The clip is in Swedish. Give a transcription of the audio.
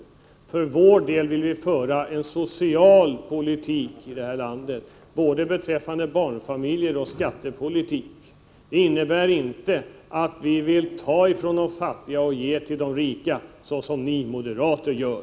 För vår del vill vi föra en social politik här i landet både beträffande barnfamiljerna och i fråga om skattepolitiken, en politik som inte innebär att man tar från de fattiga och ger till de rika, så som ni moderater gör.